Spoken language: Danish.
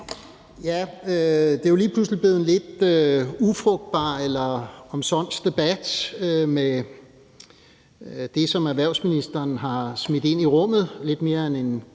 Det er jo lige pludselig blevet en lidt ufrugtbar eller omsonst debat med det, som erhvervsministeren har smidt ind i rummet – lidt mere end en